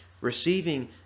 receiving